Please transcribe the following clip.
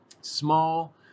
small